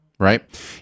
Right